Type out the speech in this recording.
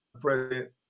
president